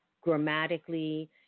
grammatically